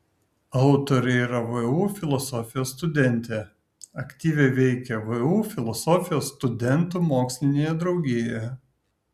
autorė yra vu filosofijos studentė aktyviai veikia vu filosofijos studentų mokslinėje draugijoje